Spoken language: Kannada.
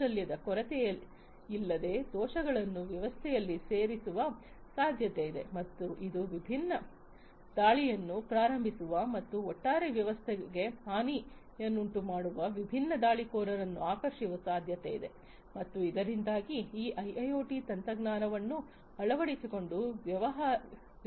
ಕೌಶಲ್ಯದ ಕೊರತೆಯಿಲ್ಲದೆ ದೋಷಗಳನ್ನು ವ್ಯವಸ್ಥೆಯಲ್ಲಿ ಸೇರಿಸುವ ಸಾಧ್ಯತೆಯಿದೆ ಮತ್ತು ಇದು ವಿಭಿನ್ನ ದಾಳಿಯನ್ನು ಪ್ರಾರಂಭಿಸುವ ಮತ್ತು ಒಟ್ಟಾರೆ ವ್ಯವಸ್ಥೆಗೆ ಹಾನಿಯನ್ನುಂಟುಮಾಡುವ ವಿಭಿನ್ನ ದಾಳಿಕೋರರನ್ನು ಆಕರ್ಷಿಸುವ ಸಾಧ್ಯತೆಯಿದೆ ಮತ್ತು ಇದರಿಂದಾಗಿ ಈ ಐಐಒಟಿ ತಂತ್ರಜ್ಞಾನವನ್ನು ಅಳವಡಿಸಿಕೊಂಡ ವ್ಯವಹಾರಕ್ಕೆ ನಷ್ಟವಾಗಬಹುದು